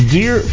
Dear